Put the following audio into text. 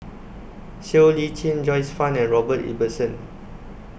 Siow Lee Chin Joyce fan and Robert Ibbetson